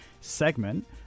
segment